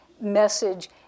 message